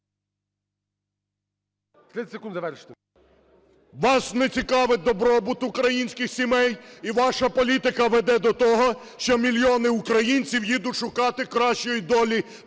Вас не цікавить добробут український сімей і ваша політика веде до того, що мільйони українців їдуть шукати кращої долі